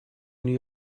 new